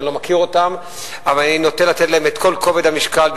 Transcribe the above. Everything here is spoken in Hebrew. שאני לא מכיר אותן אבל אני נוטה לתת להן את כל כובד המשקל,